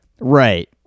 Right